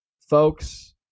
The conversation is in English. Folks